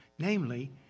Namely